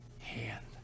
hand